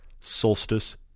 Solstice